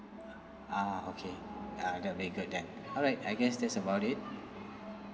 ah okay uh that'll be good then alright I guess that's about it